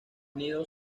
nidos